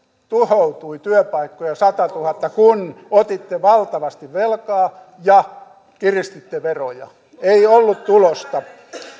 tuhoutui työpaikkoja satatuhatta kun otitte valtavasti velkaa ja kiristitte veroja ei ollut tulosta